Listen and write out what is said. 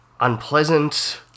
unpleasant